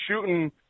shooting